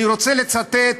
אני רוצה לצטט,